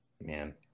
man